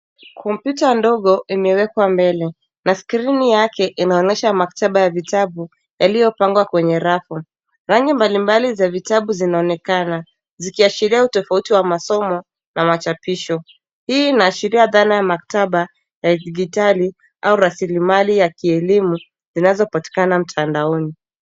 Kompyuta ndogo imewekwa mbele na skrini yake inaonesha maktaba ya vitabu yaliyopangwa kwenye rafu, rangi mbalimbali za vitabu zinaonekana zikiashiria utofauti wa masomo na machapisho hii inaashiria dhana ya maktaba ya kidijitali au rasilimali ya kielimu zinazopatikana mtandaoni.